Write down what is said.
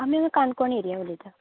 आमी काणकोण एरियांत उलयता